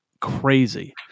crazy